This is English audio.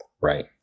Right